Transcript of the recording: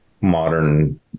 modern